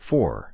Four